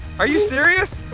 are you serious?